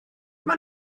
mae